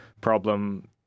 problem